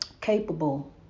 capable